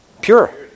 Pure